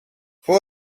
voor